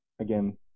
again